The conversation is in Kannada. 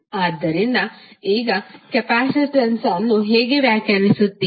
ಆದ್ದರಿಂದ ಈಗ ಕೆಪಾಸಿಟನ್ಸ್ ಅನ್ನು ಹೇಗೆ ವ್ಯಾಖ್ಯಾನಿಸುತ್ತೀರಿ